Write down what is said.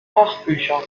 fachbücher